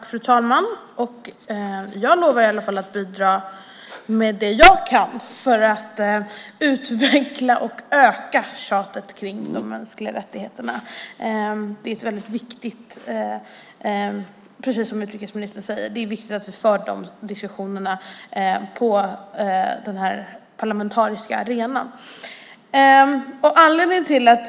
Fru talman! Jag lovar att bidra med det jag kan för att utveckla och öka tjatet om de mänskliga rättigheterna. Precis som utrikesministern säger är det viktigt att vi för diskussionerna på den parlamentariska arenan.